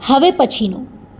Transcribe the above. હવે પછીનું